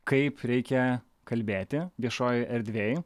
kaip reikia kalbėti viešojoj erdvėj